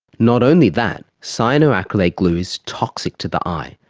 not only that, cyanoacrylate glue is toxic to the eye,